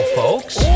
folks